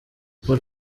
paul